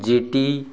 G T